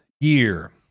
year